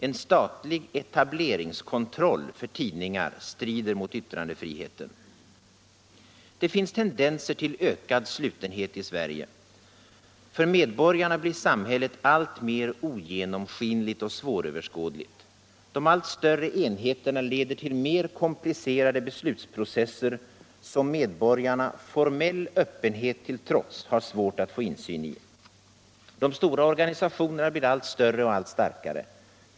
En statlig etableringskontroll för tidningar strider mot yttrandefriheten. Det finns tendenser till ökad slutenhet i Sverige. För medborgarna blir samhället alltmer ogenomskinligt och svåröverskådligt. De allt större enheterna leder till mer komplicerade beslutsprocesser som medborgarna —- formell öppenhet till trots — har svårt att få insyn i. De stora organisationerna blir allt större och allt starkare.